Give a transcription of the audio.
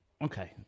Okay